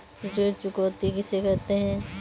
ऋण चुकौती किसे कहते हैं?